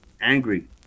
angry